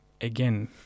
again